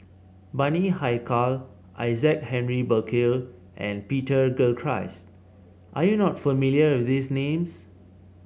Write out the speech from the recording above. Bani Haykal Isaac Henry Burkill and Peter Gilchrist are you not familiar with these names